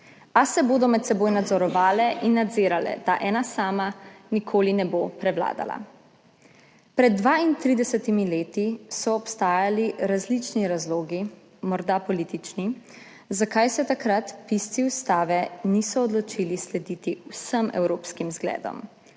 a se bodo med seboj nadzorovale in nadzirale, da nikoli ne bo prevladala ena sama. Pred 32 leti so obstajali različni razlogi, morda politični, zakaj se takrat pisci ustave niso odločili slediti vsem evropskim zgledom,